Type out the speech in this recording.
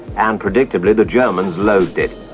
and predictably, the germans loathed it.